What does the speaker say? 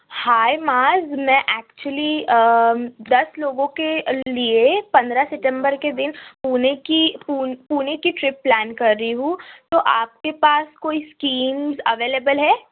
ہائے معاذ میں ایکچولی دس لوگوں کے لیے پندرہ ستمبر کے دِن پونے کی پُونے کی ٹرپ پلین کر رہی ہوں تو آپ کے پاس کوئی اسکیمز اویلیبل ہے